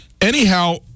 Anyhow